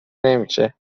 نمیشه